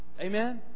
Amen